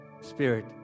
Spirit